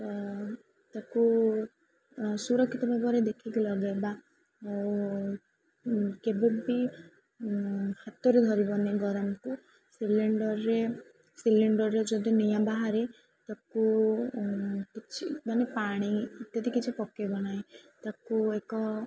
ତାକୁ ସୁରକ୍ଷିତ ଭାବରେ ଦେଖିକି ଲଗେଇବା ଆଉ କେବେବି ହାତରେ ଧରିବନି ଗରମକୁ ସିଲିଣ୍ଡରରେ ସିଲିଣ୍ଡରରେ ଯଦି ନିଆଁ ବାହାରେ ତାକୁ କିଛି ମାନେ ପାଣି ଇତ୍ୟାଦି କିଛି ପକେଇବ ନାହିଁ ତାକୁ ଏକ